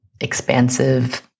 expansive